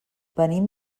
venim